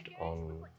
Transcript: on